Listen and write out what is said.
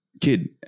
kid